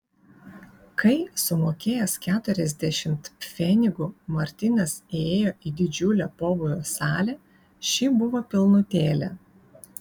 kai sumokėjęs keturiasdešimt pfenigų martynas įėjo į didžiulę pobūvių salę ši buvo pilnutėlė